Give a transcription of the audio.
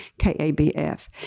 KABF